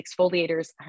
exfoliators